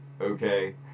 okay